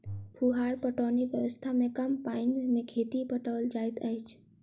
फुहार पटौनी व्यवस्था मे कम पानि मे खेत पटाओल जाइत अछि